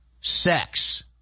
sex